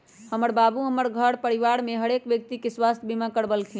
हमर बाबू हमर घर परिवार के हरेक व्यक्ति के स्वास्थ्य बीमा करबलखिन्ह